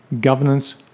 governance